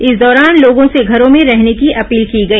इस दौरान लोगों से घरों में रहने की अपील की गई